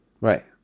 right